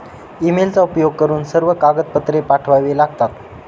ईमेलचा उपयोग करून सर्व कागदपत्रे पाठवावे लागतात